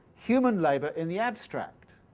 human labour in the abstract.